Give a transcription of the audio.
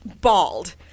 bald